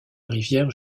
rivière